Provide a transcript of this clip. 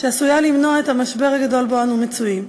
שעשויה למנוע את המשבר הגדול שבו אנו מצויים,